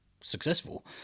successful